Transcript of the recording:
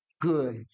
good